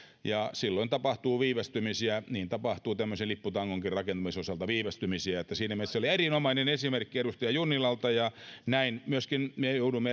ja silloin tapahtuu viivästymisiä niin tapahtuu tämmöisen lipputangonkin rakentamisen osalta viivästymisiä että siinä mielessä se oli erinomainen esimerkki edustaja junnilalta näin me joudumme